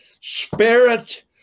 spirit